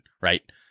right